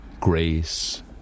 grace